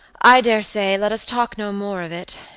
i dare say, let us talk no more of it.